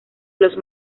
los